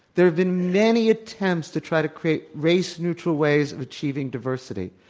there have been many attempts to try to create race neutral ways of achieving diversity.